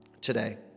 today